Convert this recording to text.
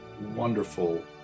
wonderful